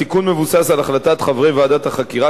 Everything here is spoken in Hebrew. התיקון מבוסס על החלטת חברי ועדת החקירה,